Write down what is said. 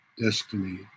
destiny